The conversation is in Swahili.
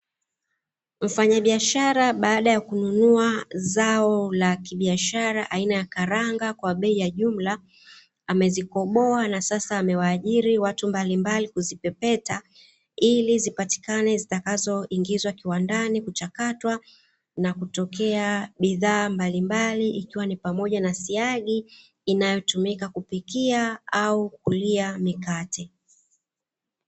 Mfanyabiashara baada ya kununua zao la kibiashara aina ya karanga kwa bei ya jumla, amezikoboa na sasa amewaajiri watu mbalimbali kuzipepeta, ili zipatikane zitakazoingizwa kiwandani kuchakatwa na kutokea bidhaa mbalimbali, ikiwa ni pamoja na siagi inayotumika kupikia au kulia mikate.